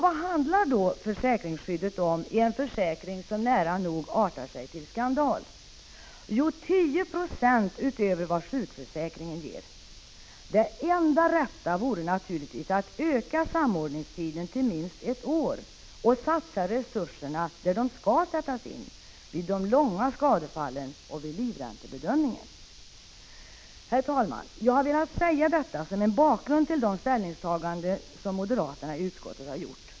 Vad handlar då försäkringsskyddet om i en försäkring som nära nog artar sig till skandal? Jo, 10 96 utöver vad sjukförsäkringen ger. Det enda rätta vore naturligtvis att öka samordningstiden till minst ett år och satsa resurserna där de skall sättas in: vid långvariga skadefall och vid livräntebedömningen. Herr talman! Jag har velat säga detta som en bakgrund till de ställningstaganden som moderaterna i utskottet har gjort.